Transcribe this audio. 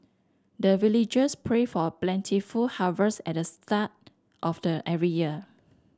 the villagers pray for plentiful harvest at the start of the every year